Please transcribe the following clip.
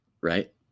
right